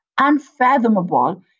unfathomable